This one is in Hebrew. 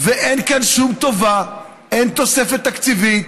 ואין כאן שום טובה, אין תוספת תקציבית.